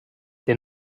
der